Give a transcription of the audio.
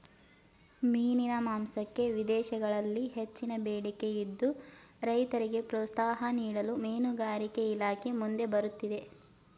ಮೀನಿನ ಮಾಂಸಕ್ಕೆ ವಿದೇಶಗಳಲ್ಲಿ ಹೆಚ್ಚಿನ ಬೇಡಿಕೆ ಇದ್ದು, ರೈತರಿಗೆ ಪ್ರೋತ್ಸಾಹ ನೀಡಲು ಮೀನುಗಾರಿಕೆ ಇಲಾಖೆ ಮುಂದೆ ಬರುತ್ತಿದೆ